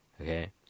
Okay